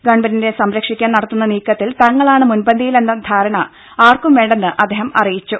ഗവൺമെന്റിനെ സംരക്ഷിക്കാൻ നടത്തുന്ന നീക്കത്തിൽ തങ്ങളാണ് മുൻപന്തിയിലെന്ന ധാരണ ആർക്കുംവേണ്ടെന്ന് അദ്ദേഹം അറിയിച്ചു